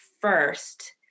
first